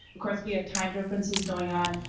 of course we have time differences going on,